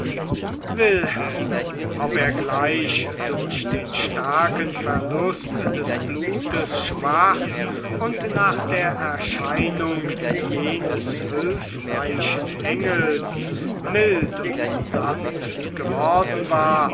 wilhelm ob er gleich durch den starken verlust des blutes schwach und nach der erscheinung jenes hülfreichen engels mild und sanft geworden war